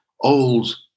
old